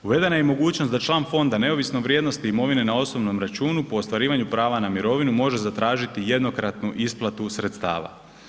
Uvedena je i mogućnost da član fonda neovisno o vrijednosti imovine na osobnom računu po ostvarivanju prava na mirovinu može zatražiti jednokratnu isplatu sredstava.